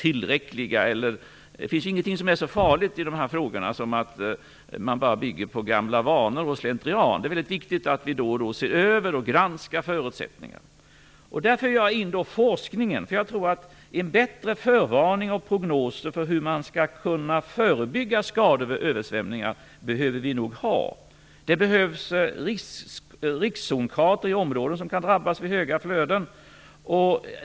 Ingenting är så farligt som att man bara bygger på gamla vanor och slentrian när det gäller dessa frågor. Det är viktigt att vi då och då granskar förutsättningarna. Därför vill jag i detta sammanhang ta upp forskningen. Vi behöver bättre förvarningar och prognoser, och kunskap om hur man skall kunna förebygga skador vid översvämningar. Det behövs riskzonskartor i områden som kan drabbas vid stora flöden.